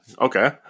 Okay